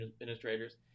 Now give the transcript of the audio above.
administrators